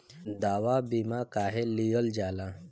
दवा बीमा काहे लियल जाला?